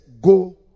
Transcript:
go